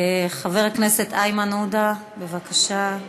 חבר הכנסת איימן עודה, בבקשה.